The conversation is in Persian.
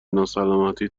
ناسلامتی